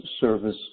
service